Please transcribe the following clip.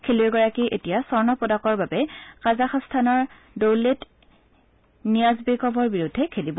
খেলুৱৈগৰাকীয়ে এতিয়া স্বৰ্ণ পদকৰ বাবে কাজাখাস্তানৰ দৌলেত নিয়াজবেকভৰ বিৰুদ্ধে খেলিব